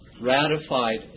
ratified